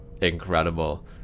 incredible